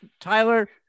Tyler